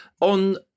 on